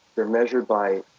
they're measured by,